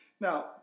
now